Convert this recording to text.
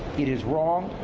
it is wrong,